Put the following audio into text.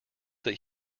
that